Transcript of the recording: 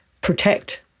protect